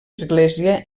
església